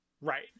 right